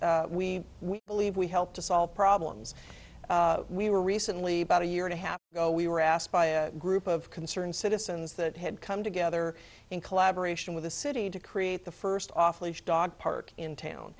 case we we believe we help to solve problems we were recently about a year and a half ago we were asked by a group of concerned citizens that had come together in collaboration with the city to create the first off leash dog park in town